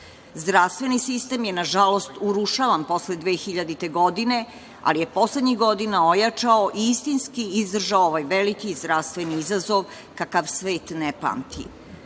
Zdravstveni sistem je nažalost urušavan posle 2000. godine, ali je poslednjih godina ojačao i istinski izdržao ovaj veliki zdravstveni izazov kakav svet ne pamti.